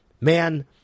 Man